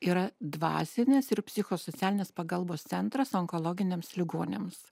yra dvasinės ir psichosocialinės pagalbos centras onkologiniams ligoniams